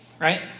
right